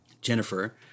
Jennifer